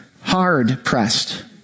hard-pressed